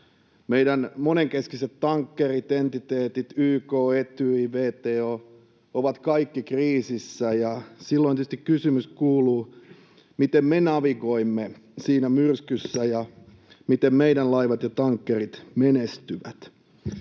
Meidän monenkeskiset tankkerit ja entiteetit YK, Etyj ja WTO ovat kaikki kriisissä, ja silloin tietysti kysymys kuuluu, miten me navigoimme siinä myrskyssä ja miten meidän laivamme ja tankkerimme menestyvät.